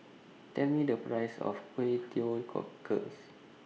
Tell Me The Price of Kway Teow Cockles